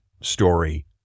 story